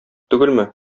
түгелме